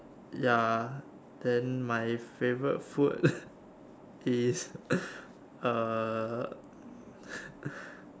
ya then my favourite food is uh